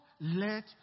let